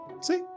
See